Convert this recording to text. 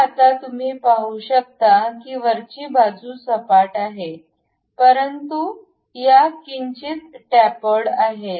तर आता तुम्ही पाहु शकता की वरची बाजू सपाट आहे परंतु या किंचित टॅपर्ड आहेत